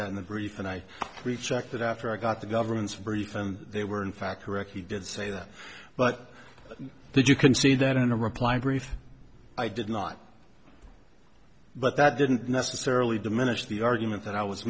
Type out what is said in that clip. in the brief and i rechecked it after i got the government's brief and they were in fact correct he did say that but that you can see that in a reply brief i did not but that didn't necessarily diminish the argument that i was